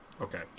okay